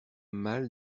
mal